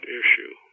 issue